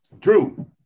True